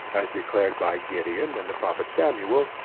as declared by gideon and the prophet samuel,